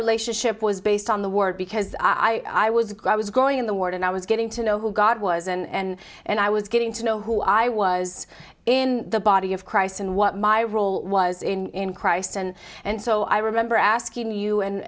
relationship was based on the word because i was glad i was going in the ward and i was getting to know who god was and and i was getting to know who i was in the body of christ and what my role was in christ and and so i remember asking you and